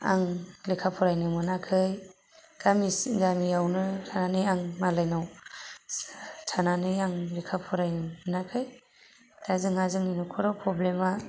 आं लेखा फरायनो मोनाखै गामिआवनो थानानै आं मालायनाव थानानै आं लेखा फरायनो मोनाखै दा जोंहा जोंनि न'खराव प्रब्लेमा